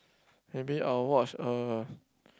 maybe I will watch uh